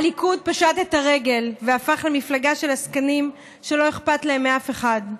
הליכוד פשט את הרגל והפך למפלגה של עסקנים שלא אכפת להם מאף אחד,